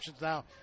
now